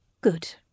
Good